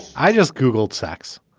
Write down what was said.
i just googled sex.